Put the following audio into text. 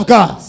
God